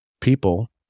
people